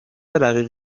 رقیق